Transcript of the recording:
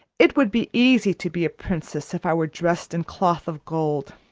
it would be easy to be a princess if i were dressed in cloth-of-gold